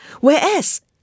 Whereas